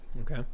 Okay